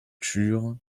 turent